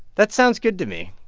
that sounds good to me.